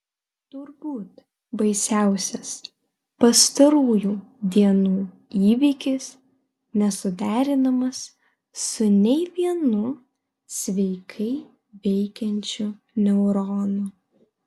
turbūt baisiausias pastarųjų dienų įvykis nesuderinamas su nei vienu sveikai veikiančiu neuronu